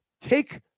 take